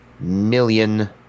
million